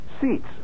Seats